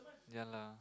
ya lah